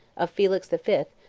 of felix the fifth,